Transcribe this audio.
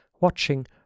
watching